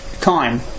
time